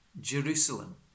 Jerusalem